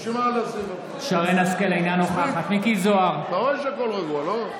אז בשביל מה, אתה רואה שהכול רגוע, לא?